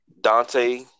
Dante